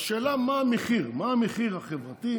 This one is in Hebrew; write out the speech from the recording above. השאלה היא מה המחיר, מה המחיר החברתי,